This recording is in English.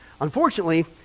unfortunately